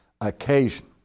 occasion